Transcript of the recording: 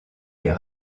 les